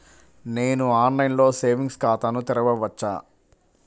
నేను ఆన్లైన్లో సేవింగ్స్ ఖాతాను తెరవవచ్చా?